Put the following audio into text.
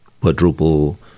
quadruple